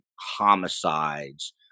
homicides